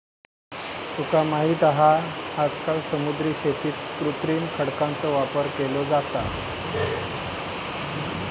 तुका माहित हा आजकाल समुद्री शेतीत कृत्रिम खडकांचो वापर केलो जाता